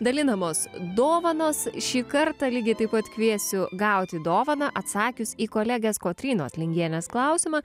dalinamos dovanos šį kartą lygiai taip pat kviesiu gauti dovaną atsakius į kolegės kotrynos lingienės klausimą